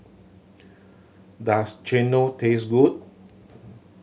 does chendol taste good